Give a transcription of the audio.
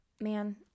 man